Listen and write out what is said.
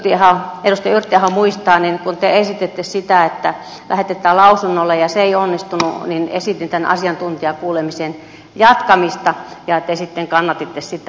kuten edustaja yrttiaho muistaa niin kun te esititte sitä että laki lähetetään lausunnolle ja se ei onnistunut esitin tämän asiantuntijakuulemisen jatkamista ja te sitten kannatitte sitä